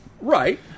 Right